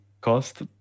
cost